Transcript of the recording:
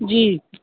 जी